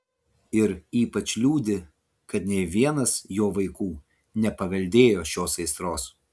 ir ypač liūdi kad nė vienas jo vaikų nepaveldėjo šios aistros